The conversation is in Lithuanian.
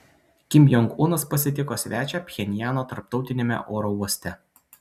kim jong unas pasitiko svečią pchenjano tarptautiniame oro uoste